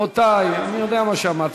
רבותי, אני יודע מה שאמרתי.